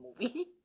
movie